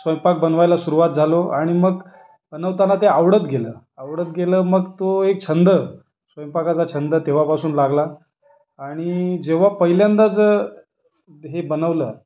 स्वयंपाक बनवायला सुरुवात झालो आणि मग बनवताना ते आवडत गेलं आवडत गेलं मग तो एक छंद स्वयंपाकाचा छंद तेव्हापासून लागला आणि जेव्हा पहिल्यांदाच हे बनवलं